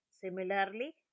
Similarly